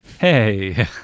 hey